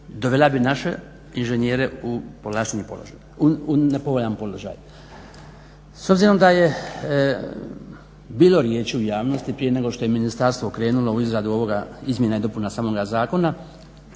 povlašteni položaj, u nepovoljan položaj. S obzirom da je bilo riječi u javnosti, prije nego što je ministarstvo krenulo u izradu ovoga izmjena i dopuna samoga zakona